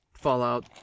Fallout